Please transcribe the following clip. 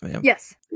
Yes